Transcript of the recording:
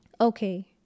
okay